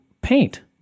paint